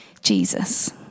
Jesus